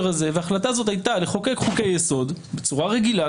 הזה וההחלטה הזאת הייתה לחוקק חוקי יסוד בצורה רגילה,